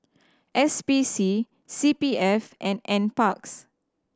S P C C P F and N Parks